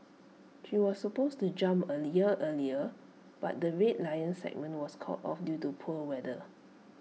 she was supposed to jump A year earlier but the Red Lions segment was called off due to poor weather